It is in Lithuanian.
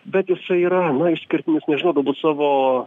bet jisai yra na išskirtinis nežinau galbūt savo